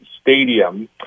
Stadium